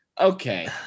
okay